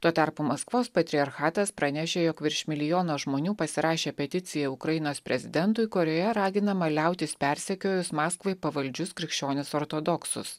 tuo tarpu maskvos patriarchatas pranešė jog virš milijono žmonių pasirašė peticiją ukrainos prezidentui kurioje raginama liautis persekiojus maskvai pavaldžius krikščionis ortodoksus